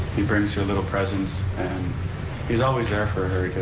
he brings her little presents, and he's always there for her